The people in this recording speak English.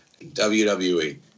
WWE